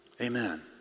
Amen